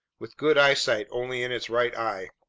with good eyesight only in its right eye.